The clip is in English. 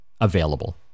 Available